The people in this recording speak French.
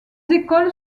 écoles